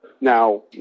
Now